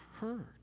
heard